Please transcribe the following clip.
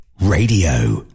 Radio